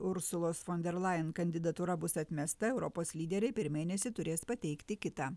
ursulos fon der lajen kandidatūra bus atmesta europos lyderiai per mėnesį turės pateikti kitą